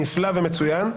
נפלא ומצוין.